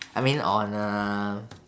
I mean on uh